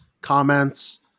comments